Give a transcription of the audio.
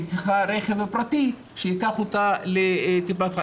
והיא צריכה רכב פרטי שייקח אותה לטיפת חלב.